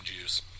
juice